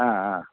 ആ ആ